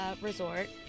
resort